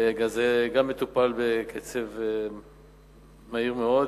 גם זה מטופל בקצב מהיר מאוד.